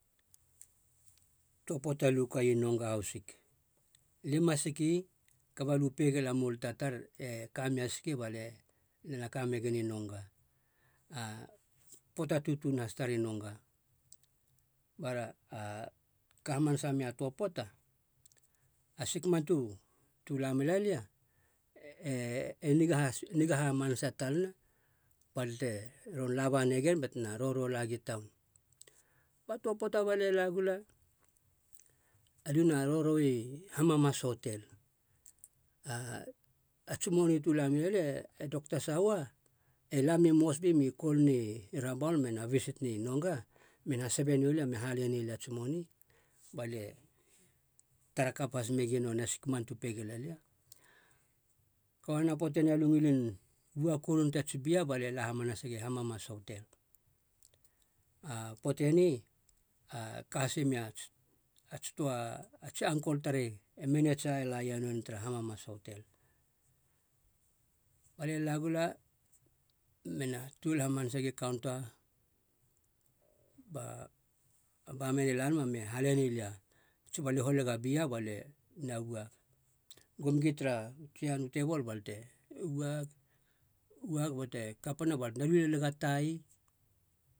Toa poata lu kai nonga haus sik, lima siki i kaba lu pegela molata tar, e kamei a siki ba lie na ka megen i nonga, a poata tutun has tar i nonga. Bara ka hamasa mei a toa poata a sik man tu- tu la mela lia e- e niga has- niga hamanasa talana balia te ron laba negen batena roro lagi taun. Ba toa poata balia la gula, aliu na roroi hamamas hotel, a- a tsi moni tu la mela lia, e dokta sawa e lami mosbi mi kol ni rabaul mena bisit ni nonga mena sabe nolia me hale ne lia ats moni balie tarakap has megien nonei a sik man tu pege la lia, kaba nonei a poate ni alia u ngilin ua koruni tats bia balie la hamasagi hamamas hotel. A poate ni a ka hasi mia ats toa a tsi angkol tar e menetsia laia nonei hamamas hotel. Balie la gula mena tuol hamasa gi kaunta, ba a baman e la nama me hale nilia, tsi balie holega bia balie na uag, gum gi tara u tsia nu tebol bal te uag, uag bate kapana bal tena lu leliga tai,